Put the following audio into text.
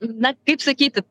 na kaip sakyti